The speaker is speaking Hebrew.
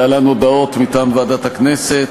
להלן הודעות מטעם ועדת הכנסת: